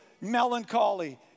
melancholy